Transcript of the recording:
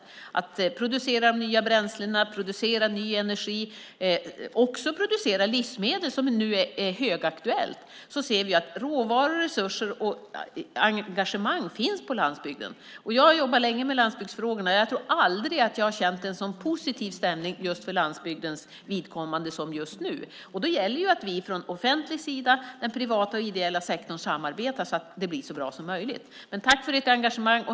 När det gäller att producera nya bränslen, att producera ny energi och även att producera livsmedel, som nu är högaktuellt, ser vi att råvaror, resurser och engagemang finns på landsbygden. Jag har jobbat länge med landsbygdsfrågorna, men jag tror aldrig att jag har känt en sådan positiv stämning just för landsbygdens vidkommande som just nu. Då gäller det att vi från offentlig sida och den privata och ideella sektorn samarbetar så att det blir så bra som möjligt. Tack för ert engagemang!